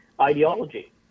ideology